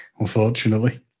Unfortunately